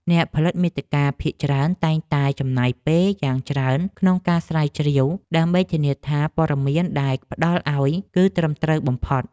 អ្នកផលិតមាតិកាភាគច្រើនតែងតែចំណាយពេលយ៉ាងច្រើនក្នុងការស្រាវជ្រាវ ដើម្បីធានាថាព័ត៌មានដែលផ្ដល់ឱ្យគឺត្រឹមត្រូវបំផុត។